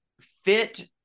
fit